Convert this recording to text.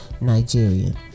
Nigerian